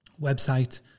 website